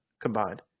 Combined